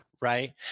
right